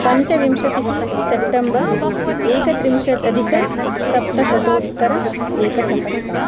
पञ्चविंशतिः सेप्टेम्बर् एकत्रिंशद् अधिकसप्तशतोत्तर एकसहस्रम्